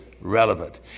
relevant